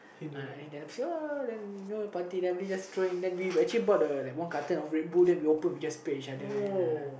then you know party then we just we know we actually bought one carton of Red Bull then we just and uh